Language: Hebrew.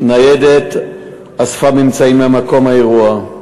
ניידת אספה ממצאים ממקום האירוע.